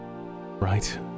Right